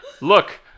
look